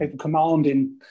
commanding